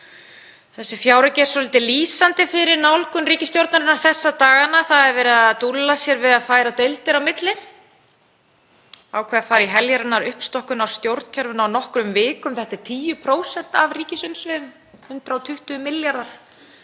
Þessi fjárauki er svolítið lýsandi fyrir nálgun ríkisstjórnarinnar þessa dagana. Það er verið að dúlla sér við að færa deildir á milli, ákveðið að fara í heljarinnar uppstokkun á stjórnkerfinu á nokkrum vikum. Þetta eru 10% af ríkisumsvifum, 120 milljarðar,